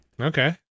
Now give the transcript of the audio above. Okay